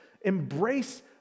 embrace